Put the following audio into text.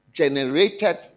generated